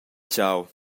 tgau